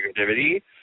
negativity